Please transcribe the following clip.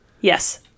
Yes